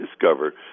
discover